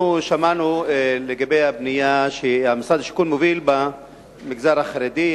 אנחנו שמענו לגבי הבנייה שמשרד השיכון מוביל במגזר החרדי,